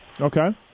Okay